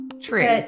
True